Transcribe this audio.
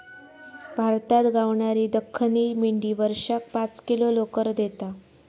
भारतात गावणारी दख्खनी मेंढी वर्षाक पाच किलो लोकर देता